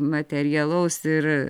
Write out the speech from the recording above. materialaus ir